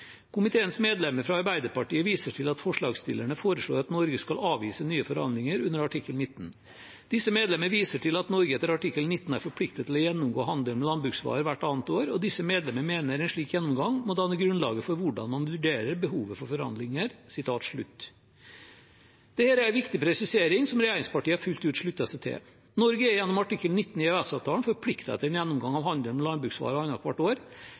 medlemmer fra Arbeiderpartiet viser til at forslagsstillerne foreslår at Norge skal avvise nye forhandlinger under artikkel 19. Disse medlemmer viser til at Norge etter artikkel 19 er forpliktet til å gjennomgå handelen med landbruksvarer hvert annet år, og disse medlemmer mener en slik gjennomgang må danne grunnlaget for hvordan man vurderer behovet for forhandlinger.» Dette er en viktig presisering, som regjeringspartiene fullt ut slutter seg til. Norge er gjennom artikkel 19 i EØS-avtalen forpliktet til en gjennomgang av handelen med landbruksvarer annet hvert år,